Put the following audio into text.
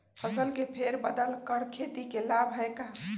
फसल के फेर बदल कर खेती के लाभ है का?